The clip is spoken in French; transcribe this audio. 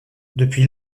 depuis